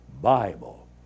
Bible